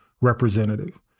representative